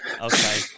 okay